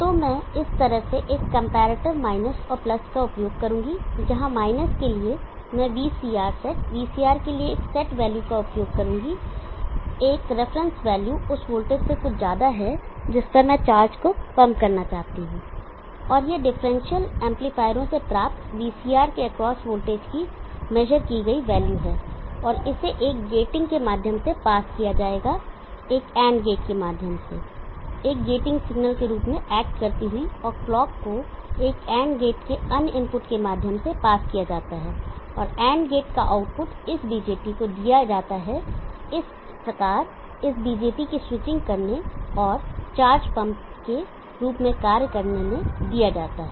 तो मैं इस तरह से एक कंपैरेटर माइनस और प्लस का उपयोग करूंगा जहां माइनस के लिए मैं VCRSet VCR के लिए एक सेट वैल्यू का उपयोग करूंगा एक रेफरेंस वैल्यू जो उस वोल्टेज से कुछ ज्यादा है जिस पर मैं चार्ज को पंप करना चाहता हूं और यह डिफरेंशियल एम्पलीफायरों से प्राप्त VCR के एक्रॉस वोल्टेज की मेजर की गई वैल्यू है और इसे एक गेटिंग के माध्यम से पास किया जाएगा एक AND गेट के माध्यम से एक गेटिंग सिग्नल के रूप में और क्लॉक को एक AND गेट के अन्य इनपुट के माध्यम से पास किया जाता है और AND गेट का आउटपुट इस BJT को दिया जाता है इस प्रकार इस BJT की स्विचिंग करने और चार्ज पंप के रूप में कार्य करने में दिया गया है